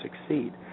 succeed